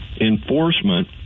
enforcement